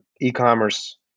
e-commerce